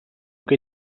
que